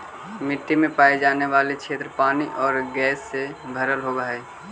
मिट्टी में पाई जाने वाली क्षेत्र पानी और गैस से भरल होवअ हई